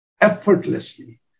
effortlessly